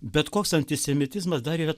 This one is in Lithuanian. bet koks antisemitizmas dar yra